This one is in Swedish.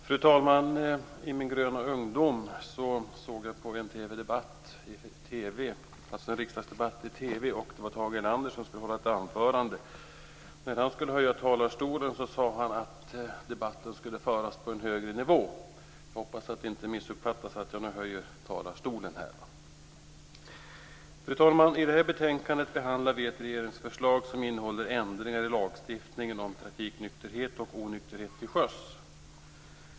Fru talman! I min gröna ungdom såg jag på TV en riksdagsdebatt där Tage Erlander skulle hålla ett anförande. När han skulle höja talarstolen sade han att debatten skulle föras på en högre nivå. Jag hoppas att jag inte blir missuppfattad när jag nu höjer talarstolen framför mig. Fru talman! I det här betänkandet behandlar vi ett regeringsförslag som innehåller ändringar i lagstiftningen om trafikonykterhet och onykterhet till sjöss.